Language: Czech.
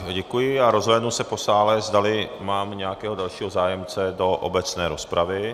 Děkuji a rozhlédnu se po sále, zdali mám nějakého dalšího zájemce do obecné rozpravy.